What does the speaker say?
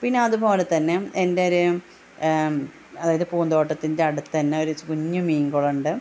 പിന്നെ അതുപോലെത്തന്നെ എൻ്റെ ഒരു അതായത് പൂന്തോട്ടത്തിൻ്റെ അടുത്തുതന്നെ ഒരു കുഞ്ഞു മീങ്കുളം ഉണ്ട്